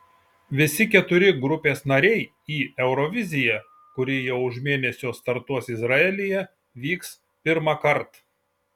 visi keturi grupės nariai į euroviziją kuri jau už mėnesio startuos izraelyje vyks pirmąkart